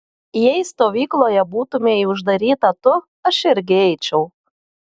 jei stovykloje būtumei uždaryta tu aš irgi eičiau